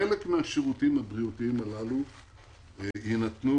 חלק מהשירותים הבריאותיים הללו יינתנו